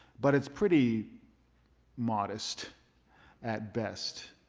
but it's pretty modest at best.